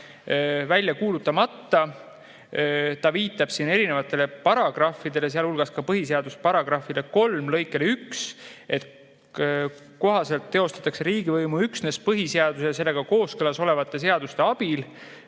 välja kuulutamata. Ta viitab siin erinevatele paragrahvidele, sealhulgas põhiseaduse § 3 lõikele 1, mille kohaselt teostatakse riigivõimu üksnes põhiseaduse ja sellega kooskõlas olevate seaduste abil.